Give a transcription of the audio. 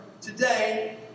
today